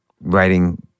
writing